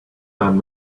man